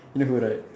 you go right